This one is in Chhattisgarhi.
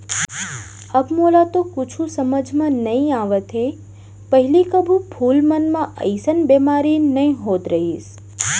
अब मोला तो कुछु समझ म नइ आवत हे, पहिली कभू फूल मन म अइसन बेमारी नइ होत रहिस